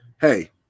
Hey